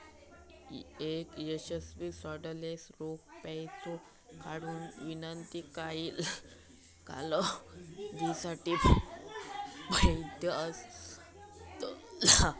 एक यशस्वी कार्डलेस रोख पैसो काढुची विनंती काही कालावधीसाठी वैध असतला